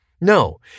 No